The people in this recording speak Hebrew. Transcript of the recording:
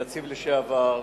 הנציב לשעבר,